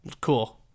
Cool